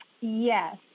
Yes